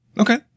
Okay